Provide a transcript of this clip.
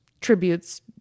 tributes